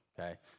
okay